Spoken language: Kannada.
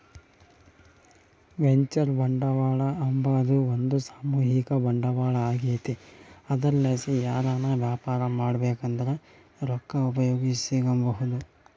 ವೆಂಚರ್ ಬಂಡವಾಳ ಅಂಬಾದು ಒಂದು ಸಾಮೂಹಿಕ ಬಂಡವಾಳ ಆಗೆತೆ ಅದರ್ಲಾಸಿ ಯಾರನ ವ್ಯಾಪಾರ ಮಾಡ್ಬಕಂದ್ರ ರೊಕ್ಕ ಉಪಯೋಗಿಸೆಂಬಹುದು